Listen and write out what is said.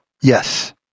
yes